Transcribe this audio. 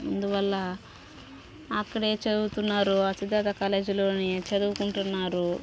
అందువల్ల అక్కడే చదువుతున్నారు ఆ సిద్ధార్థ కాలేజీలోనే చదువుకుంటున్నారు